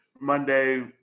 Monday